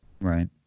Right